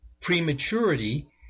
prematurity